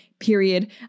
period